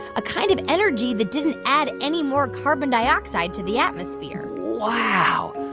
a kind of energy that didn't add any more carbon dioxide to the atmosphere wow.